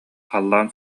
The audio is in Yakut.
халлаан